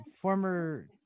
former